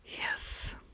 Yes